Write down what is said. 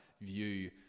view